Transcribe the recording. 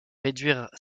réduire